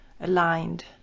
aligned